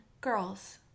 girls